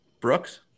Brooks